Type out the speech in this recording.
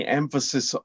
emphasis